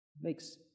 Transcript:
Makes